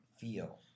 feel